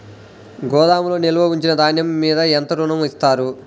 గోదాములో నిల్వ ఉంచిన ధాన్యము మీద ఎంత ఋణం ఇస్తారు?